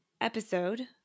episode